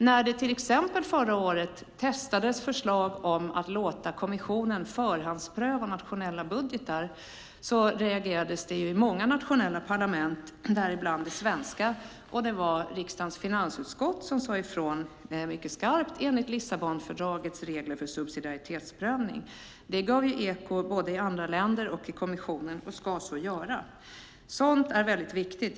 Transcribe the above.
När det till exempel förra året testades förslag om att låta kommissionen förhandspröva nationella budgetar reagerade många nationella parlament och däribland det svenska. Det var riksdagens finansutskott som sade ifrån mycket skarpt enligt Lissabonfördragets regler för subsidiaritetsprövning. Det gav eko både i andra länder och i kommissionen och ska så göra. Sådant är väldigt viktigt.